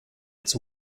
its